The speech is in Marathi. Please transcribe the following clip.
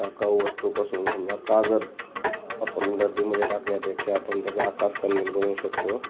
टाकाऊ वस्तूपासून समजा कागद आपण रद्दीमध्ये टाकण्यापेक्षा आपण त्याचा आकाशकंदील बनवू शकतो